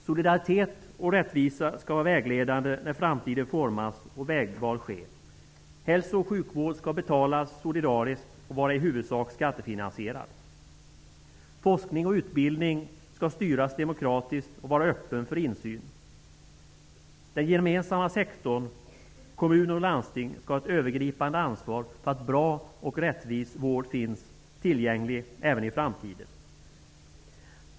Solidaritet och rättvisa skall vara vägledande när framtiden formas och vägval sker. Hälsooch sjukvården skall betalas solidariskt och skall i huvudsak vara skattefinansierad. Forskning och utbildning skall styras demokratiskt och vara öppna för insyn. Den gemensamma sektorn, kommuner och landsting, skall ha ett övergripande ansvar för att bra och rättvis vård finns tillgänglig även i framtiden.